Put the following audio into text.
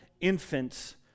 infants